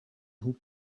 who